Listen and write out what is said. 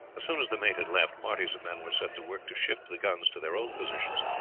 as soon as the mate had left, parties of men were set to work to shift the guns to their old positions,